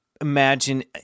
imagine